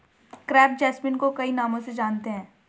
crepe jasmine को कई नामों से जानते हैं